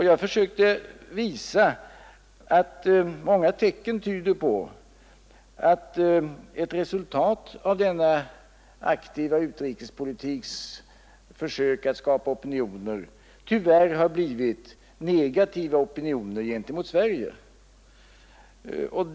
Jag försökte visa att många tecken tyder på att ett resultat av denna aktiva utrikespolitiks försök att skapa opinioner tyvärr har blivit gentemot Sverige negativa opinioner.